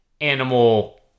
animal